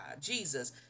jesus